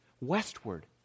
westward